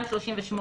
238,